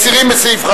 מסירה.